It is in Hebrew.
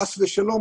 חס ושלום,